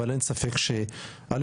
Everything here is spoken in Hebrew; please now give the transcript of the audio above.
אבל אין ספק ש-א',